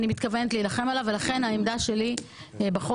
אני מתכוונת להילחם עליו ולכן העמדה שלי בחוק